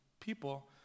people